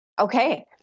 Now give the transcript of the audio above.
Okay